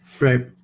Right